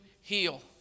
heal